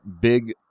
big